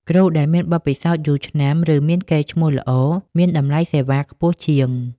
គ្រូដែលមានបទពិសោធន៍យូរឆ្នាំ ឬមានកេរ្តិ៍ឈ្មោះល្អ មានតម្លៃសេវាខ្ពស់ជាង។